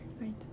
Right